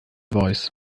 voice